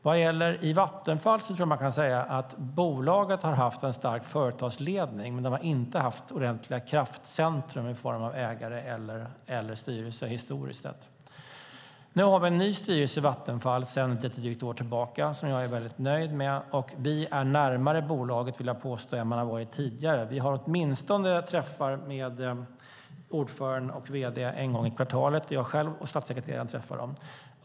Vad gäller Vattenfall tror jag att man kan säga att bolaget har haft en stark företagsledning, men det har inte historiskt sett haft ordentliga kraftcentrum i form av ägare eller styrelse. Nu har vi en ny styrelse i Vattenfall sedan drygt ett år tillbaka som jag är väldigt nöjd med. Vi är närmare bolaget, vill jag påstå, än vad man har varit tidigare. Vi har träffar med ordförande och vd åtminstone en gång i kvartalet då jag själv och statssekreteraren är med.